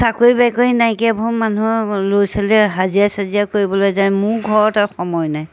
চাকৰি বাকৰি নাইকিয়াবোৰে মানুহৰ ল'ৰা ছোৱালীয়ে হাজিৰা চাজিয়া কৰিবলৈ যায় মোৰ ঘৰতে সময় নাই